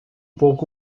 pouco